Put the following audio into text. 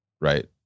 right